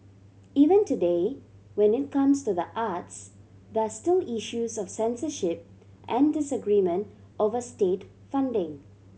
even today when it comes to the arts there are still issues of censorship and disagreement over state funding